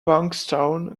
bankstown